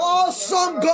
awesome